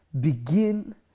begin